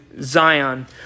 Zion